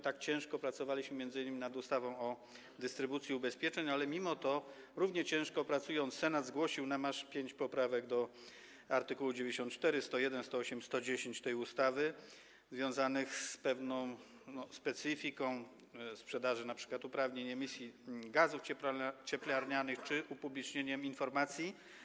Tak ciężko pracowaliśmy m.in. nad ustawą o dystrybucji ubezpieczeń, ale mimo Senat, który równie ciężko pracował, zgłosił nam aż pięć poprawek, do art. 94, 101, 108 i 110 tej ustawy, związanych z pewną specyfiką sprzedaży np. uprawnień do emisji gazów cieplarnianych czy upublicznieniem informacji.